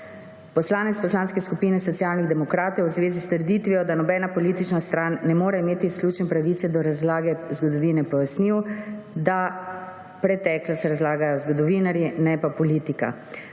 Poslanec Poslanske skupine Socialnih demokratov je v zvezi s trditvijo, da nobena politična stran ne more imeti izključne pravice do razlage zgodovine, pojasnil, da preteklost razlagajo zgodovinarji, ne pa politika.